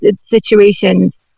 situations